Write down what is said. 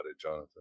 Jonathan